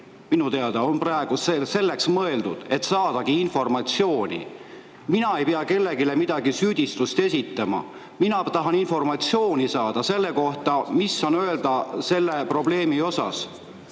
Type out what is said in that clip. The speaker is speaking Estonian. minu teada on praegu selleks mõeldud, et saadagi informatsiooni. Mina ei pea kellelegi mingit süüdistust esitama, mina tahan informatsiooni saada selle kohta, mis on öelda selle probleemi osas.